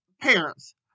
parents